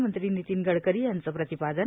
मंत्री नितीन गडकरी यांचं प्रतिपादन